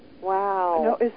Wow